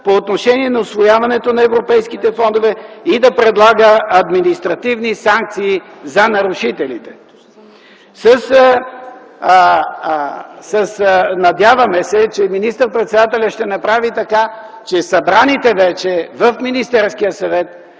по отношение на усвояването на европейските фондове и да предлага административни санкции за нарушителите. Надявамe се, че министър-председателят ще направи така, че събраните вече в Министерския съвет